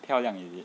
漂亮 is it